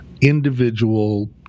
individual